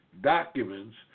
documents